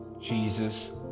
Jesus